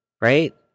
right